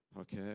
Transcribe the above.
Okay